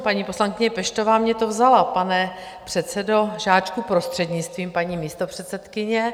Paní poslankyně Peštová mně to vzala, pane předsedo Žáčku, prostřednictvím paní místopředsedkyně.